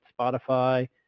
Spotify